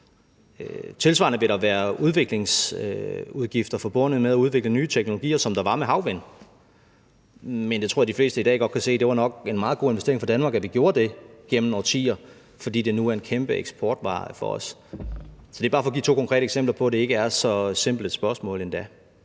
Tilsvarende vil der være udviklingsudgifter forbundet med at udvikle nye teknologier, som der var med havvind, men jeg tror, at de fleste i dag godt kan se, at det nok var en meget god investering for Danmark, at vi gjorde det gennem årtier, fordi det nu er en kæmpe eksportvare for os. Det er bare for at give to konkrete eksempler på, at det ikke er så simpelt et spørgsmål endda.